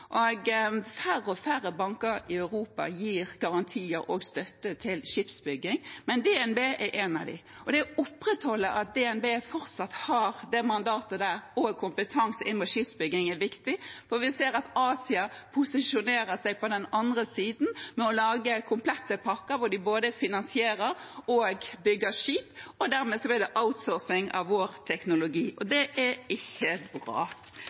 færre og færre banker i Europa gir garantier og støtte til skipsbygging. Men DNB er en av dem, og det å opprettholde at DNB fortsatt har det mandatet og den kompetansen inn mot skipsbygging er viktig, for vi ser at Asia posisjonerer seg på den andre siden ved å lage komplette pakker, hvor de både finansierer og bygger skip. Dermed blir det outsourcing av vår teknologi, og det er ikke bra.